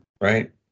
Right